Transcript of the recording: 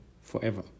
forever